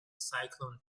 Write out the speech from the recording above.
cyclone